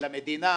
למדינה,